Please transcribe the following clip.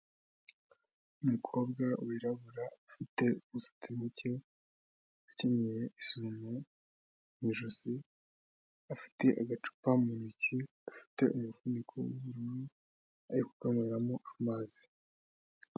Umukobwa wirabura, afite umusatsi muke, akenyeye isume mu ijosi, afite agacupa mu ntoki gafite umufuniko w'ubururu, ari kukanyweramo amazi.